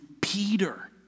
Peter